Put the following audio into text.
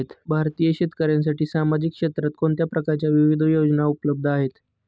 भारतीय शेतकऱ्यांसाठी सामाजिक क्षेत्रात कोणत्या प्रकारच्या विविध योजना उपलब्ध आहेत?